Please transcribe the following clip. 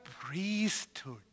priesthood